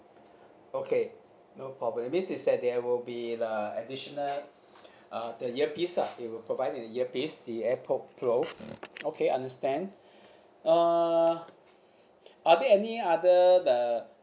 okay no problem means is that there will be the additional uh the earpiece ah you will provide the earpiece the airpod pro okay understand uh are there any other the